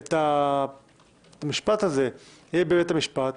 את המשפט הזה יהיה בית המשפט,